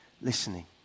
listening